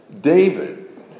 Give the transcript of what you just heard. David